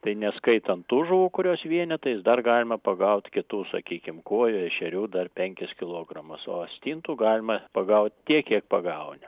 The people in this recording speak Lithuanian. tai neskaitant tų žuvų kurios vienetais dar galima pagaut kitų sakykim kuojų ešerių dar penkis kilogramus o stintų galima pagaut tiek kiek pagauni